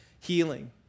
healing